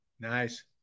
Nice